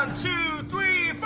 um two three